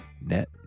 net